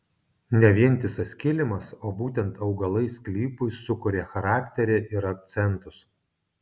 ne vientisas kilimas o būtent augalai sklypui sukuria charakterį ir akcentus